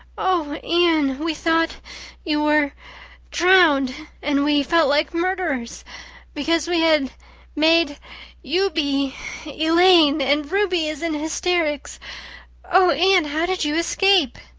oh, anne we thought you were drowned and we felt like murderers because we had made you be elaine. and ruby is in hysterics oh, anne, how did you escape?